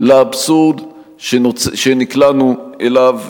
לאבסורד שנקלענו אליו,